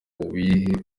wihe